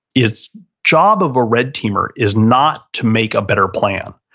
is job of a red teamer is not to make a better plan.